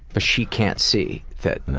but she can't see that.